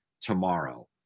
tomorrow